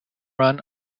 run